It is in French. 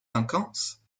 vacances